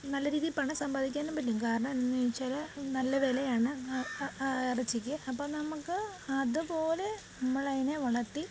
നല്ലരീതി പണം സമ്പാദിക്കാനും പറ്റും കാരണം എന്നാന്നുവെച്ചാല് നല്ല വിലയാണ് ആ ഇറച്ചിക്ക് അപ്പോൾ നമുക്ക് അതുപോലെ നമ്മൾ അതിനെ വളർത്തി